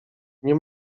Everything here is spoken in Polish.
nie